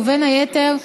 ובין היתר,